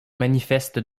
manifeste